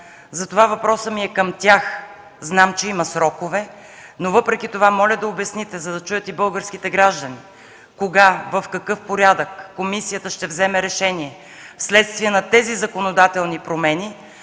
Затова въпросът ми е към тях – знам, че има срокове, но въпреки това моля да обясните, за да чуят и българските граждани, кога, в какъв порядък комисията ще вземе решение вследствие на тези законодателни промени,